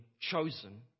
chosen